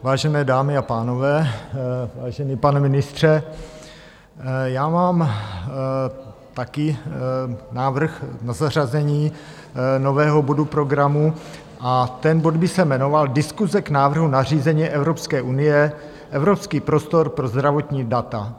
Vážené dámy a pánové, vážený pane ministře, mám také návrh na zařazení nového bodu programu a ten bod by se jmenoval Diskuse k návrhu nařízení Evropské unie evropský prostor pro zdravotní data.